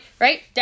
right